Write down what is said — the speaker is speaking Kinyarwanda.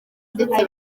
ndetse